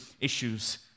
issues